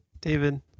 David